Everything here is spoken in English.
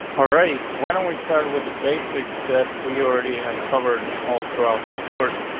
all right, why don't we start with the basics that we already have covered all throughout the scores?